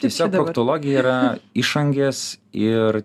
tiesiog proktologija yra išangės ir